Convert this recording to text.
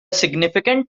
significant